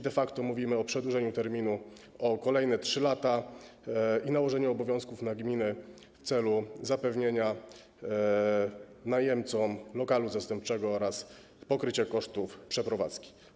De facto mówimy o przedłużeniu terminu o kolejne 3 lata i nałożenie obowiązków na gminę w celu zapewnienia najemcom lokalu zastępczego oraz pokrycia kosztów przeprowadzki.